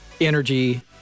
energy